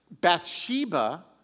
Bathsheba